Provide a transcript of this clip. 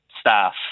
Staff